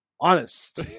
honest